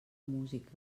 música